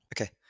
Okay